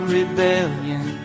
rebellion